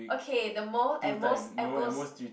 okay the most at most at most